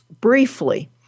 briefly